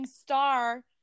star